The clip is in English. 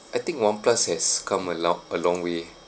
I think oneplus has come aloud along way